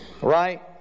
Right